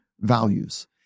values